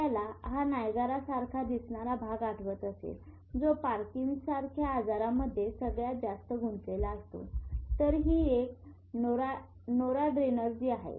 आपल्याला हा नायगारा सारखा दिसणारा भाग आठवत असेल जो पार्किन्सन सारख्या आजारामधये सगळ्यात जास्त गुंतलेला असतो तर ही एक नोराड्रेनर्जी आहे